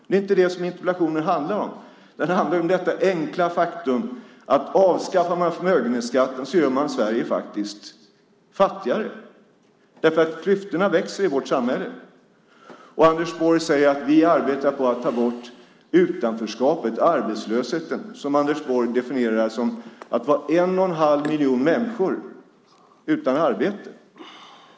Det är inte det interpellationen handlar om. Den handlar om det enkla faktum att om man avskaffar förmögenhetsskatten så gör man Sverige fattigare. Klyftorna i vårt samhälle växer. Anders Borg säger att man arbetar på att ta bort utanförskapet och arbetslösheten. Vi har 1,5 miljoner människor utan arbete.